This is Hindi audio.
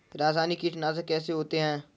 रासायनिक कीटनाशक कैसे होते हैं?